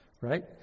right